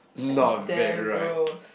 heard it's damn gross